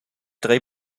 drei